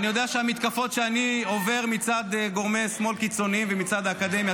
אני יודע שהמתקפות שאני עובר מצד גורמי שמאל קיצוניים ומצד האקדמיה,